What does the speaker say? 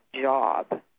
job